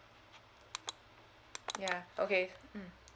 yeah okay mm